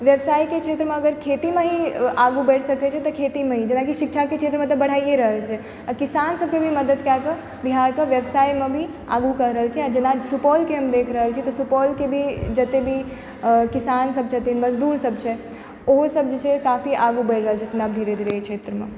व्यवसायके क्षेत्रमे अगर खेतीमे ही आगू बढ़ि सकैए छै खेतीमे ही जेना कि शिक्षाके क्षेत्रमे तऽ बढ़िए रहल छै आओर किसान सबके भी मदति कए कऽ बिहारके व्यवसायमे भी आगू कए रहल छै आओर जेना सुपौलकेँ हम देखि रहल छियैक तऽ सुपौलके भी जतेक भी किसान सब छथिन मजदूर सब छै ओहो सब जे छै काफी आगू बढ़ि रहल छथिन आब धीरे धीरे एहि क्षेत्रमे